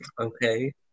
Okay